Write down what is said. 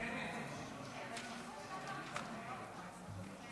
חבריי חברי הכנסת, אני